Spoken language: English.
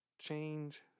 change